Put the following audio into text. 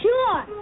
Sure